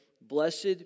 Blessed